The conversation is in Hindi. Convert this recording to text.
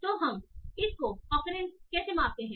तो हम इस को ऑक्युरेंस को कैसे मापते हैं